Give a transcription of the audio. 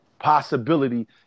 possibility